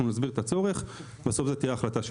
אנחנו נסביר את הצורך, בסוף זו תהיה החלטה שלהם.